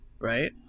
Right